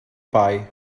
pie